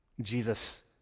Jesus